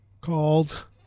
called